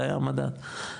זה המדד.